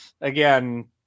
Again